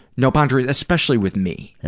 no boundaries especially with me. and